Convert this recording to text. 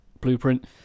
Blueprint